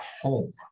home